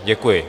Děkuji.